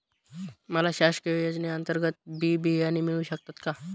मला शासकीय योजने अंतर्गत बी बियाणे मिळू शकतात का?